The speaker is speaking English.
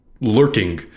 lurking